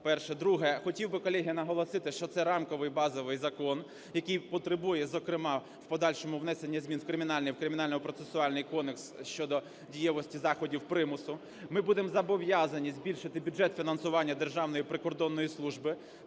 Перше. Друге. Хотів би, колеги, наголосити, що це рамковий, базовий закон, який потребує зокрема в подальшому внесення змін в Кримінальний, в Кримінально-процесуальний кодекс щодо дієвості заходів примусу. Ми будемо зобов'язані збільшити бюджет, фінансування Державної прикордонної служби,